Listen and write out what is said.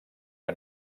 que